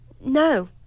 No